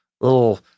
little